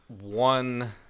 one